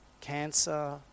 cancer